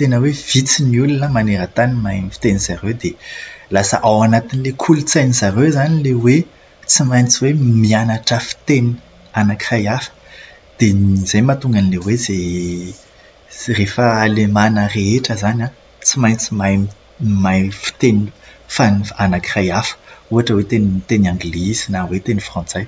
tena hoe vitsy ny olona maneran-tany mahay ny fitenin'izareo dia lasa ao anatin'ny kolontsain'izareo izany ilay hoe tsy maintsy hoe mianatra fiteny anakiray hafa. Dia izay no mahatonga an'ilay hoe izay rehefa alemana rehetra izany an, tsy maintsy mahay m- mahay fiteny anakiray hafa. Ohatra hoe fiteny anglisy na hoe teny frantsay.